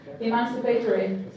emancipatory